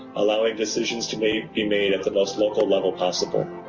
allowing decisions to be be made at the most local level possible.